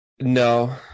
No